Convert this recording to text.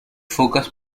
focus